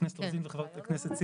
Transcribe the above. הכנסת רוזין וחברת הכנסת סילמן,